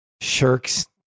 shirks